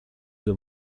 due